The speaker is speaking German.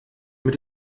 mit